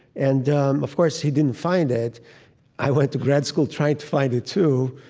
and of course he didn't find it i went to grad school trying to find it too.